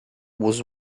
was